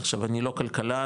עכשיו אני לא כלכלן,